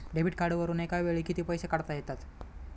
Debit कार्डवरुन एका वेळी किती पैसे काढता येतात?